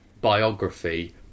biography